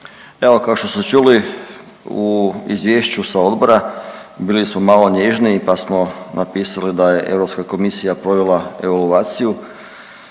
Evo kao što ste čuli u izvješću sa odbora bili smo malo nježniji, pa smo napisali da je Europska komisija provela evaluaciju